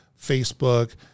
Facebook